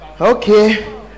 okay